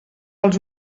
als